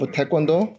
Taekwondo